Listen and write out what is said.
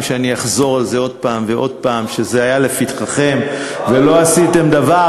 שאני אחזור על זה עוד הפעם ועוד הפעם שזה היה לפתחכם ולא עשיתם דבר,